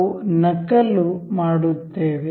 ನಾವು ನಕಲು ಮಾಡುತ್ತೇವೆ